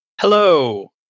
Hello